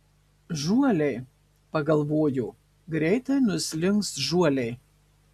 žuoliai pagalvojo greitai nuslinks žuoliai